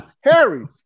Harry